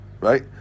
Right